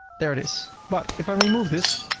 there it is. but if i remove this,